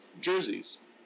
jerseys